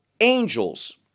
angels